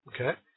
okay